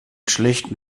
schlechten